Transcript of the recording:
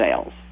sales